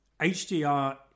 hdr